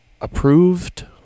approved